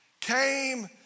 came